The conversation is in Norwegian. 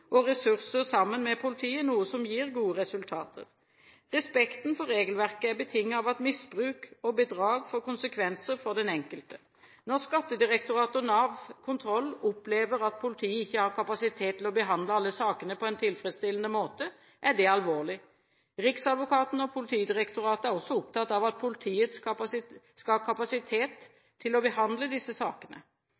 og ressurser sammen med politiet, noe som gir gode resultater. Respekten for regelverket er betinget av at misbruk og bedrag får konsekvenser for den enkelte. Når Skattedirektoratet og Nav Kontroll opplever at politiet ikke har kapasitet til å behandle alle sakene på en tilfredsstillende måte, er det alvorlig. Riksadvokaten og Politidirektoratet er også opptatt av at politiet skal ha kapasitet